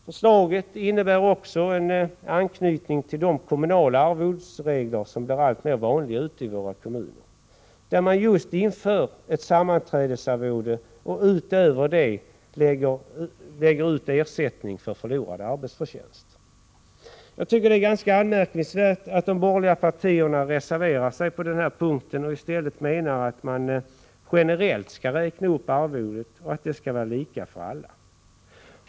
Förslaget innebär också en anknytning till de kommunala arvodesregler som blir allt vanligare ute i våra kommuner, där man just har infört ett sammanträdesarvode och utöver det lägger en ersättning för förlorad arbetsförtjänst. Jag tycker att det är ganska anmärkningsvärt att de borgerliga partierna reserverar sig på den här punkten och menar att man generellt skall räkna upp arvodet, och att det skall vara lika för alla.